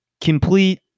Complete